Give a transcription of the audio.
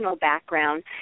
background